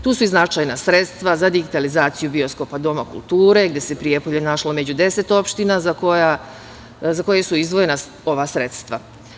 Tu su i značajna sredstva za digitalizaciju bioskopa, doma kulture, gde se Prijepolje našlo među deset opština za koje su izdvojena ova sredstva.